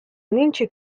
нынче